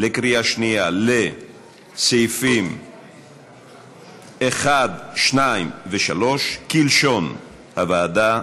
בקריאה שנייה על סעיפים 1, 2 ו-3, כלשון הוועדה.